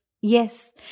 Yes